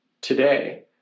today